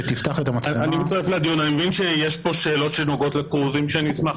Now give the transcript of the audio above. אני מבין שיש כאן שאלות שנוגעות ל-קרוזים ואני אשמח